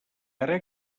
ara